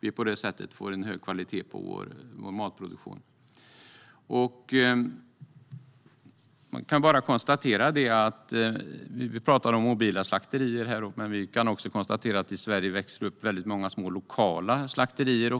Vi får på det sättet en hög kvalitet på vår matproduktion. Vi talar här om mobila slakterier. Vi kan också konstatera att det i Sverige växer upp väldigt många små lokala slakterier.